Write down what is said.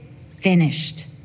finished